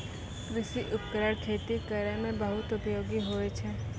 कृषि उपकरण खेती करै म बहुत उपयोगी होय छै